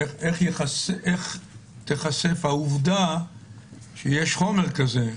איך תיחשף העובדה שיש חומר כזה?